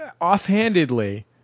offhandedly